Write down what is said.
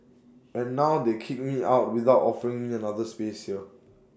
and now they kick me out without offering me another space here